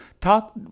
talk